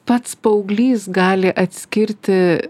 pats paauglys gali atskirti